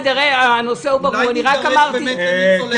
אולי נידרש באמת לניצולי השואה?